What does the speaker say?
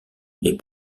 les